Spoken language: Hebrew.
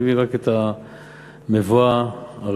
אני מביא רק את המובאה הראשונה,